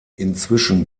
inzwischen